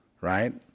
right